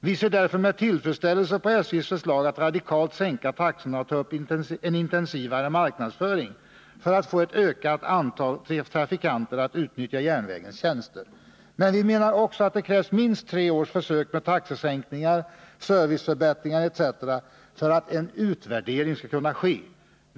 Vi ser därför med tillfredsställelse på SJ:s förslag att radikalt sänka taxorna och ta upp en intensivare marknadsföring för att få ett ökat antal trafikanter att utnyttja järnvägens tjänster. Men vi menar också att det krävs minst tre års försök med taxesänkningar, serviceförbättringar etc. för att en utvärdering skall kunna ske.